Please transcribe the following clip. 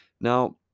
now